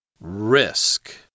Risk